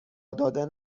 دادن